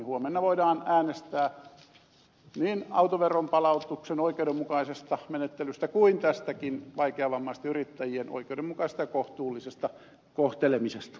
huomenna voidaan äänestää niin autoveron palautuksen oikeudenmukaisesta menettelystä kuin tästäkin vaikeavammaisten yrittäjien oikeudenmukaisesta ja kohtuullisesta kohtelemisesta